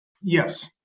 Yes